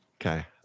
Okay